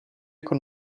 con